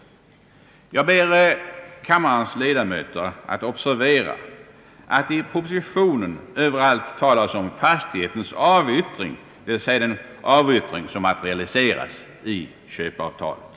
Jag ber kammarens ledamöter att observera, att i propositionen överallt talas om fastighetens avyttring, dvs. den avyttring som materialiseras i köpeavtalet.